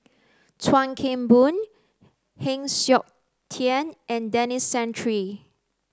Chuan Keng Boon Heng Siok Tian and Denis Santry